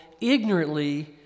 ignorantly